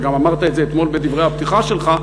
גם אמרת את זה אתמול בדברי הפתיחה שלך,